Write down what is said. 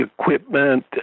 equipment